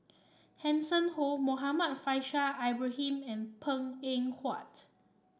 Hanson Ho Muhammad Faishal Ibrahim and Png Eng Huat